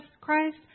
Christ